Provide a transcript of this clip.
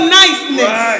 niceness